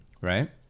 Right